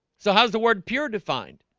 so how's the word pure defined?